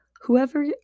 Whoever